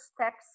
steps